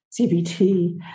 CBT